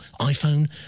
iPhone